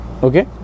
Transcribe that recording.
okay